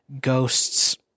ghosts